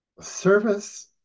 service